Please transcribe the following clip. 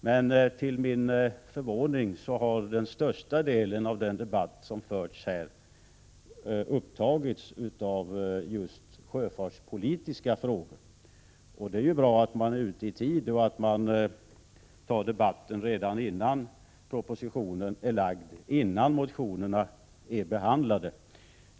Men till min förvåning har den största delen av den debatt som förts här upptagits av just sjöfartspolitiska frågor. Det är ju bra att man är ute i tid och tar debatten redan innan propositionen är framlagd och innan motionerna blivit behandlade.